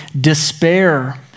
despair